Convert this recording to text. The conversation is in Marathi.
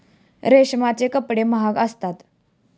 रेशमाचे कपडे महाग असतात